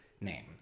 name